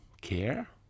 care